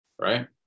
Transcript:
right